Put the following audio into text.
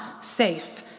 safe